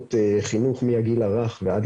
במוסדות חינוך מהגיל הרך ועד